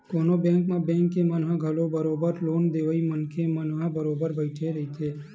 कोनो बेंक म बेंक के मन ह घलो बरोबर लोन देवइया मनखे मन ह बरोबर बइठे रहिथे